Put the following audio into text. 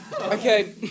Okay